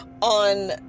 on